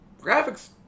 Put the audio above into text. graphics